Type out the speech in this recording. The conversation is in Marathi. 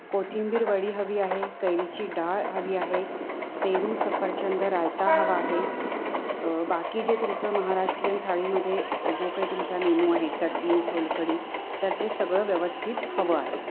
कोथिंबीर वडी हवी आहे कैरीची डाळ हवी आहे पेरू सफरचंद रायता हवा आहे बाकी जे तुमचं महाराष्ट्रीयन थाळीमध्ये जो काही तुमचा मेनू आहे चटणी सोलकढी तर ते सगळं व्यवस्थित हवं आहे